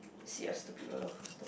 serious stupid roller coaster